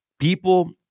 people